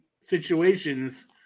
situations